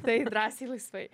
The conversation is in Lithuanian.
taip drąsiai laisvai